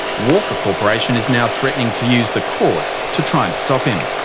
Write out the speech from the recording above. walker corporation is now threatening to use the courts to try and stop him.